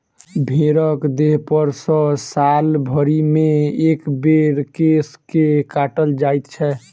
भेंड़क देहपर सॅ साल भरिमे एक बेर केश के काटल जाइत छै